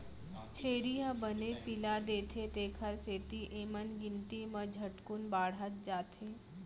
छेरी ह बने पिला देथे तेकर सेती एमन गिनती म झटकुन बाढ़त जाथें